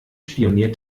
spioniert